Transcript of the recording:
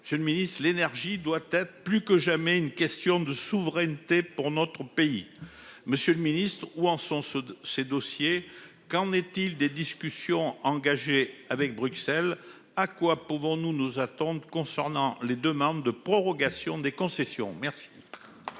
c'est le ministre de l'énergie doit être plus que jamais une question de souveraineté pour notre pays. Monsieur le Ministre où en sont ceux de ses dossiers. Qu'en est-il des discussions engagées avec Bruxelles à quoi. Pouvons-nous nous attendre concernant les demandes de prorogation des concessions. Merci.